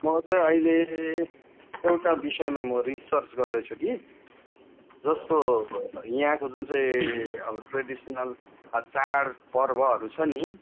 म चाहिँ अहिले एउटा विषयमा म रिसर्च गर्दैछु कि जस्तो यहाँको जुन चाहिँ अब ट्रेडिसनल चाड पर्वहरू छ नि